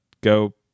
go